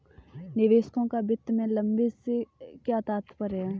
निवेशकों का वित्त में लंबे से क्या तात्पर्य है?